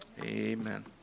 Amen